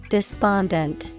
Despondent